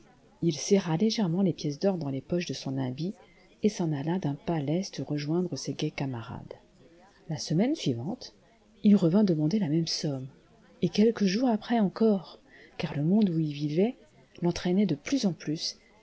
il serra légèrement les pièces d'or dans les poches de son habit et s'en alla d'un pas leste rejoindre ses gais camarades la semaine suivante il revint demander la même somme et quelques jours après encore car le monde où il vivait l'entraînait de plus en plus